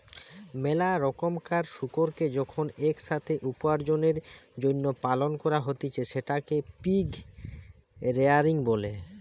মেলা রোকমকার শুকুরকে যখন এক সাথে উপার্জনের জন্য পালন করা হতিছে সেটকে পিগ রেয়ারিং বলে